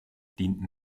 dienten